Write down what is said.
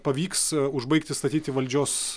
pavyks užbaigti statyti valdžios